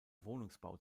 wohnungsbau